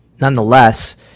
nonetheless